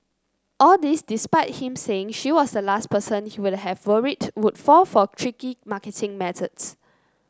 all this despite him saying she was the last person he would have worried would fall for tricky marketing methods